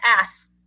Ass